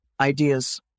ideas